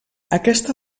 aquesta